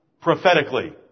prophetically